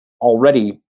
already